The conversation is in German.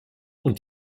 und